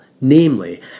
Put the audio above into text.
namely